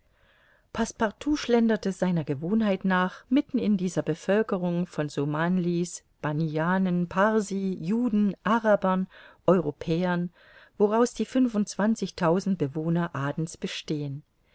schlenderte seiner gewohnheit nach mitten in dieser bevölkerung von somanlis banianen parsi juden arabern europäern woraus die fünfundzwanzigtausend bewohner adens bestehen